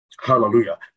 Hallelujah